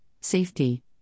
safety